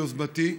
ביוזמתי,